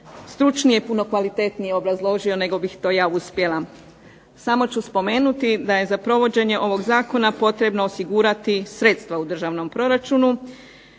stručnije, puno kvalitetnije obrazložio nego bih to ja uspjela. Samo ću spomenuti da je za provođenje ovog zakona potrebno osigurati sredstva u državnom proračunu